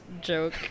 joke